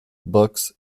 books